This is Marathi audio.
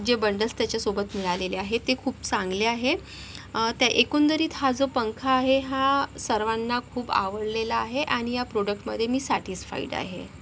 जे बंडल्स त्याच्यासोबत मिळालेले आहे ते खूप चांगले आहे त्या एकंदरीत हा जो पंखा आहे हा सर्वांना खूप आवडलेला आहे आणि या प्रॉडक्टमध्ये मी सॅटिस्फाईड आहे